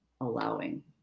allowing